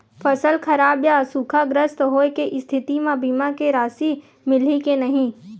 फसल खराब या सूखाग्रस्त होय के स्थिति म बीमा के राशि मिलही के नही?